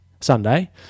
Sunday